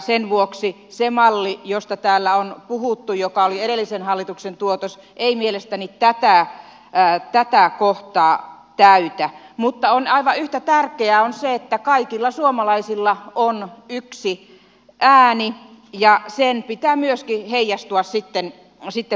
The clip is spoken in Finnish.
sen vuoksi se malli josta täällä on puhuttu joka oli edellisen hallituksen tuotos ei mielestäni tätä kohtaa täytä mutta aivan yhtä tärkeää on se että kaikilla suomalaisilla on yksi ääni ja sen pitää myöskin heijastua sitten vaalitulokseen